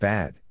Bad